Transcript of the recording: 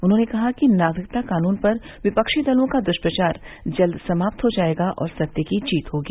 उन्होंने कहा कि नागरिकता कानून पर विपक्षी दलों का दुष्प्रचार जल्द समाप्त हो जाएगा और सत्य की जीत होगी